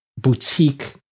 boutique